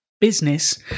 business